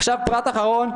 עכשיו פרט אחרון,